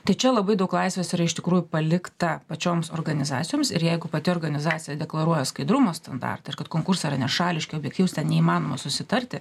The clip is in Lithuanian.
tai čia labai daug laisvės yra iš tikrųjų palikta pačioms organizacijoms ir jeigu pati organizacija deklaruoja skaidrumo standartą ir kad konkursai yra nešališki objektyvūs ten neįmanoma susitarti